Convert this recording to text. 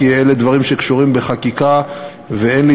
כי אלה דברים שקשורים בחקיקה ואין לי